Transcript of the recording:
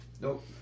Nope